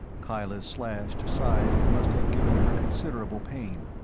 kyla's slashed side must have given her considerable pain,